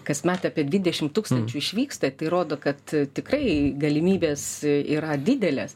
kasmet apie dvidešim tūkstančių išvyksta tai rodo kad tikrai galimybės yra didelės